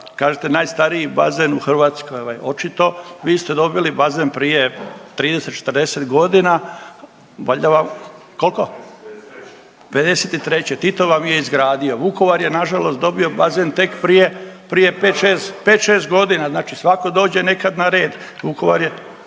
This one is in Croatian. kažete najstariji bazen u Hrvatskoj ovaj, očito vi ste dobili bazen prije 30-40.g., valjda vam, kolko …/Upadica Bulj: '53./…'53., Tito vam je izgradio, Vukovar je nažalost dobio bazen tek prije, prije 5-6, 5-6.g., znači svako dođe nekad na red, Vukovar je,